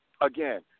Again